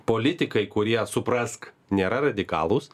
politikai kurie suprask nėra radikalūs